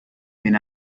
been